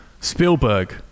spielberg